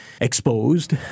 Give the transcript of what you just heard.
exposed